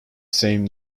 same